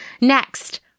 Next